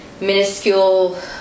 minuscule